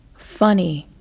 funny,